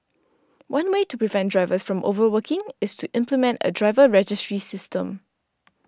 one way to prevent drivers from overworking is to implement a driver registry system